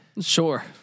Sure